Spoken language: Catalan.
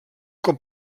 com